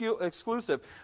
exclusive